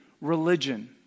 religion